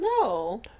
No